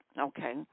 Okay